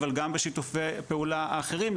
אבל גם בשיתופי פעולה האחרים,